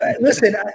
Listen